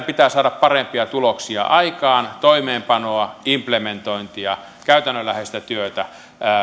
pitää saada parempia tuloksia aikaan toimeenpanoa implementointia käytännönläheistä työtä